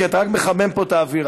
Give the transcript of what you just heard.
כי אתה רק מחמם פה את האווירה,